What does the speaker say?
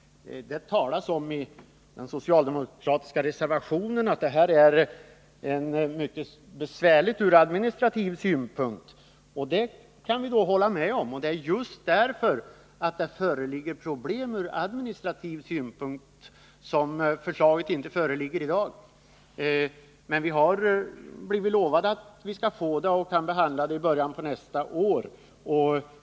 Det sägs i den socialdemokratiska reservationen att det ur administrativ synpunkt är mycket besvärligt att genomföra en sådan åtgärd. Detta kan vi hålla med om. Det är just därför att det föreligger problem ur administrativ synpunkt som förslaget inte föreligger i dag, men vi har blivit lovade att få det så tidigt att vi kan behandla det i början på nästa år.